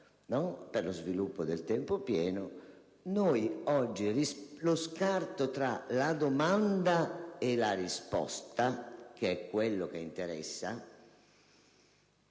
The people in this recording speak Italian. per lo sviluppo del tempo pieno, oggi lo scarto tra la domanda e l'offerta, che è quello che interessa,